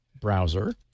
browser